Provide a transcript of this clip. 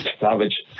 savage